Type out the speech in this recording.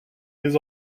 les